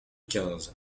quinze